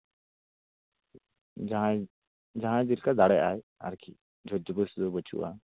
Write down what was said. ᱡᱟᱦᱟᱸᱭᱼᱡᱟᱦᱟᱸᱭ ᱡᱮᱞᱮᱠᱟ ᱫᱟᱲᱮᱭᱟᱜᱼᱟᱭ ᱟᱨᱠᱤ ᱡᱳᱨᱡᱚᱵᱚᱥᱛᱤ ᱫᱚ ᱵᱟᱹᱪᱩᱜᱼᱟ